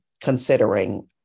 considering